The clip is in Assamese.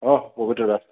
অহ পবিত্ৰ দা